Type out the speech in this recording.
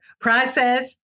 process